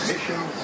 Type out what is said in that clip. Mission